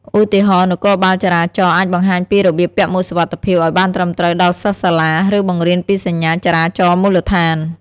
ឧទាហរណ៍ នគរបាលចរាចរណ៍អាចបង្ហាញពីរបៀបពាក់មួកសុវត្ថិភាពឲ្យបានត្រឹមត្រូវដល់សិស្សសាលា ឬបង្រៀនពីសញ្ញាចរាចរណ៍មូលដ្ឋាន។